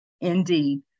Indeed